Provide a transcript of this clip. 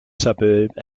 suburb